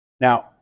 Now